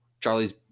Charlie's